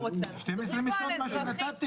שתיים עשרה מיטות מה שנתתם.